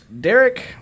Derek